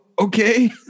okay